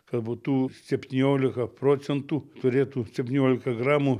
kad būtų septyniolika procentų turėtų septyniolika gramų